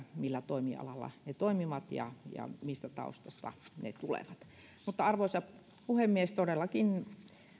millä toimialalla ne toimivat ja ja mistä taustasta ne tulevat arvoisa puhemies todellakin